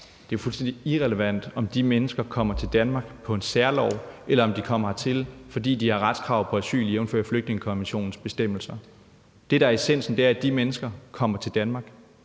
Det er jo fuldstændig irrelevant, om de mennesker kommer til Danmark på en særlov, eller om de kommer hertil, fordi de har et retskrav på asyl, jævnfør flygtningekonventionens bestemmelser. Det, der er essensen, er, at de mennesker kommer til Danmark